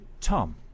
Tom